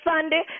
Sunday